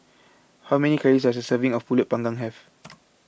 how many calories does a serving of Pulut Panggang have